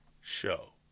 show